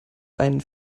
einen